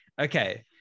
okay